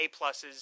A-pluses